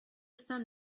sum